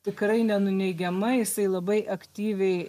tikrai nenuneigiama jisai labai aktyviai